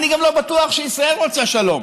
אני גם לא בטוח שישראל רוצה שלום.